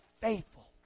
faithful